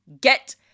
get